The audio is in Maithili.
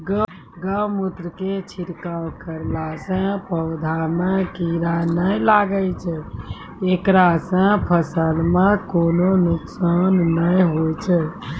गोमुत्र के छिड़काव करला से पौधा मे कीड़ा नैय लागै छै ऐकरा से फसल मे कोनो नुकसान नैय होय छै?